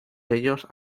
ellos